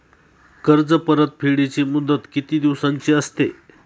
कर्ज परतफेडीची मुदत किती दिवसांची असते?